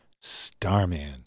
Starman